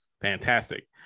Fantastic